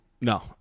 no